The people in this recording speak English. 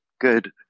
Good